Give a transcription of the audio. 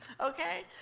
okay